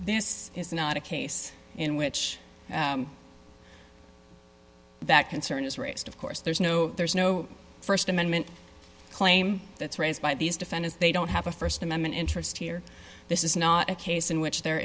this is not a case in which that concern is raised of course there's no there's no st amendment claim that's raised by these defendants they don't have a st amendment interest here this is not a case in which there